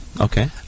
Okay